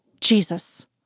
Jesus